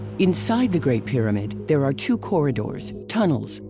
inside the great pyramid, there are two corridors, tunnels,